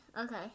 Okay